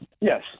Yes